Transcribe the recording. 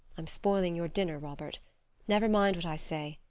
i'm spoiling your dinner, robert never mind what i say.